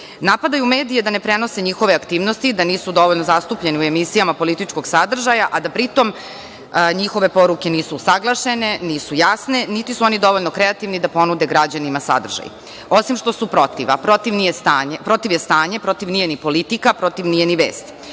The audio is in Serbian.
bojkot. Napadaju medije da ne prenose njihove aktivnosti, da nisu dovoljno zastupljeni u emisijama političkog sadržaja, a da pri tome njihove poruke nisu usaglašene, nisu jasne, niti su oni dovoljno kreativni da ponude građanima sadržaj. Osim što su protiv, a protiv je stanje, protiv nije ni politika, protiv nije ni vest.U